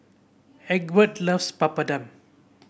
Egbert loves Papadum